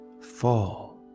fall